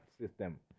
system